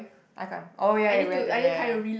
I can't oh ya you we had to yeah yeah yeah